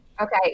Okay